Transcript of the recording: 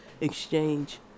Exchange